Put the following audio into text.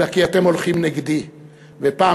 אלא כי אתם הולכים נגדי.